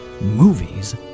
Movies